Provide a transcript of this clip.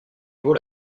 vaut